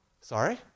Sorry